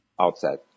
outside